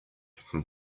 from